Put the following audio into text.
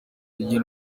igihe